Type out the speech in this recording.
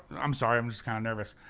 i'm sorry, i'm just kinda nervous.